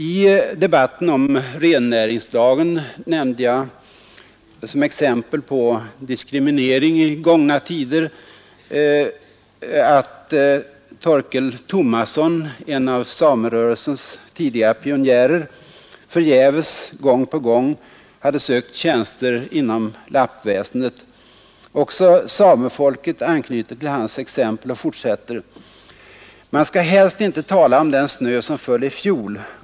I debatten om rennäringslagen nämnde jag som exempel på diskriminering i gångna tider att Torkel Thomasson, en av samerörelsens tidiga pionjärer, förgäves gång på gång hade sökt tjänster inom lappväsendet. Också Samefolket anknyter till hans exempel och fortsätter: ”Man skall helst inte tala om den snö som föll i fjol.